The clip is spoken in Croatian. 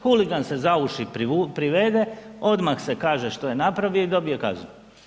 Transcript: Huligan se za uši privede, odmah se kaže što je napravio i dobije kaznu.